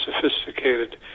sophisticated